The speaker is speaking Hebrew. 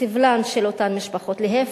ובסבלן של אותן משפחות, להיפך.